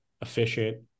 efficient